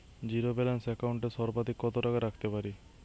Zero balance account এ সর্বাধিক কত টাকা রাখতে পারি?